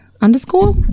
underscore